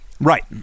right